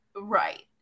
right